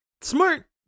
Smart